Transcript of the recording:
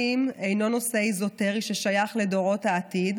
אינו נושא אזוטרי ששייך לדורות העתיד,